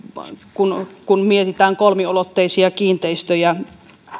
kun kun mietitään kolmiulotteisia kiinteistöjä